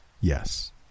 Yes